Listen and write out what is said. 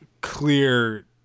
clear